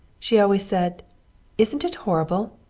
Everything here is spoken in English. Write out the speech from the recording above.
she always said isn't it horrible!